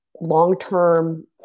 long-term